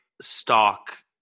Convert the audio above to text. stock